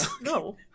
No